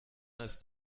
ist